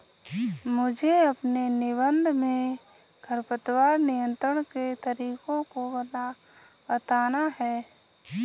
मुझे अपने निबंध में खरपतवार नियंत्रण के तरीकों को बताना है